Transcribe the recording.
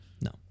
No